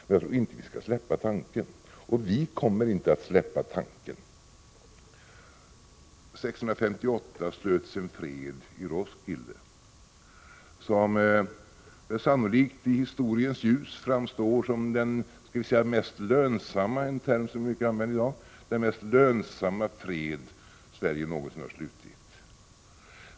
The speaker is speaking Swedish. Men jag tror inte vi skall släppa tanken. Vi kommer inte att släppa tanken. 1658 slöts en fred i Roskilde, som sannolikt i historiens ljus framstår som den mest lönsamma — en term som har använts mycket i dag — fred Sverige någonsin har slutit.